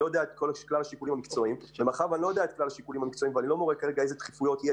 מאחר שאיני מכיר את כלל השיקולים המקצועיים ואת כלל הדחיפויות,